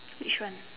which one